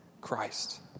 Christ